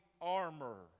armor